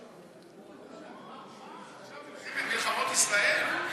עכשיו מלחמות ישראל?